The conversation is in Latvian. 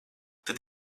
tad